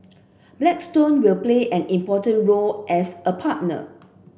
Blackstone will play an important role as a partner